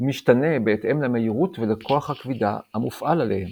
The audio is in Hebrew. משתנה בהתאם למהירות ולכוח הכבידה הפועל עליהם.